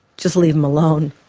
just leave them alone.